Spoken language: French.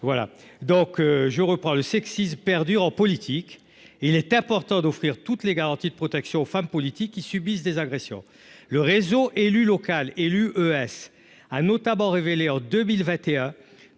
voilà donc je reprends le sexisme perdurent en politique, il est important d'offrir toutes les garanties de protection aux femmes politiques qui subissent des agressions, le réseau élues locales élus ES a notamment révélé en 2021,